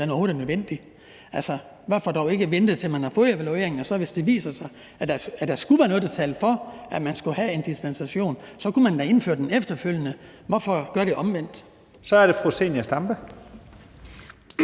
Hvorfor dog ikke vente, til man har fået evalueringen? Og hvis det så viser sig, at der skulle være noget, der talte for, at man skulle have en dispensation, så kunne man da indføre den efterfølgende. Hvorfor gøre det omvendt? Kl. 17:42 Første